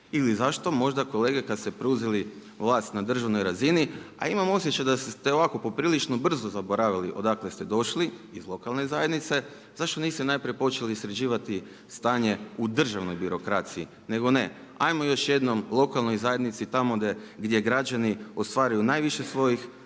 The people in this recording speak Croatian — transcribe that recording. ili zašto možda kolege kada ste preuzeli vlast na državnoj razini. A imam osjećaj da ste ovako poprilično brzo zaboravili odakle ste došli, iz lokalne zajednice, zašto niste najprije počeli sređivati stanje u državnoj birokraciji. Nego ne, ajmo još jednom lokalnoj zajednici tamo gdje građani ostvaruju najviše svojih